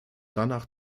danach